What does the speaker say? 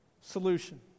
solution